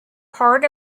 part